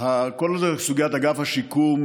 כל סוגיית אגף השיקום,